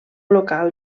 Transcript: local